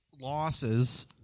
losses